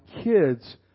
kids